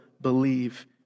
believe